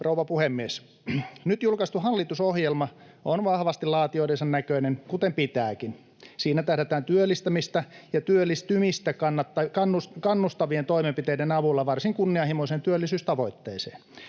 rouva puhemies! Nyt julkaistu hallitusohjelma on vahvasti laatijoidensa näköinen kuten pitääkin. Siinä tähdätään työllistämistä ja työllistymistä kannustavien toimenpiteiden avulla varsin kunnianhimoiseen työllisyystavoitteeseen.